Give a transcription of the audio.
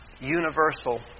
universal